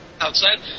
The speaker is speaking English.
Outside